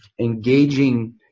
engaging